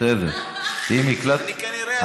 אנחנו נמשיך להאזין במזנון.